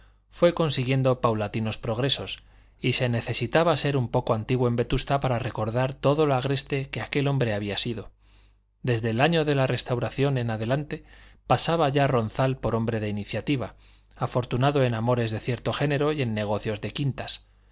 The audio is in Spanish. fue consiguiendo paulatinos progresos y se necesitaba ser un poco antiguo en vetusta para recordar todo lo agreste que aquel hombre había sido desde el año de la restauración en adelante pasaba ya ronzal por hombre de iniciativa afortunado en amores de cierto género y en negocios de quintas